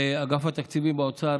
אגף התקציבים באוצר,